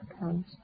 comes